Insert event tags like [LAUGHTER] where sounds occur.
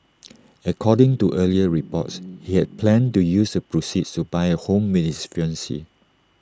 [NOISE] according to earlier reports he had planned to use the proceeds to buy A home with his fiancee